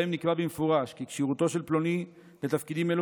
שבהם נקבע במפורש כי כשירותו של פלוני לתפקידים אלו